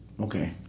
Okay